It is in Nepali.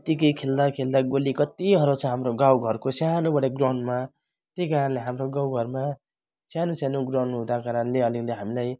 त्यतिकै खेल्दाखेल्दा गोली कति हराउँछ हाम्रो गाउँ घरको सानोबडे ग्राउन्डमा त्यही कारणले हाम्रो गाउँ घरमा सानो सानो ग्राउन्ड हुँदाको कारणले अलिअलि हामीलाई